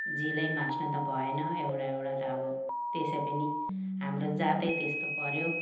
जिलै मास्नु त भएन एउटा एउटा त अब त्यसै पनि हाम्रो जातै त्यस्तो पऱ्यो